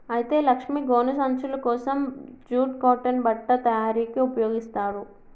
అయితే లక్ష్మీ గోను సంచులు కోసం జూట్ కాటన్ బట్ట తయారీకి ఉపయోగిస్తారు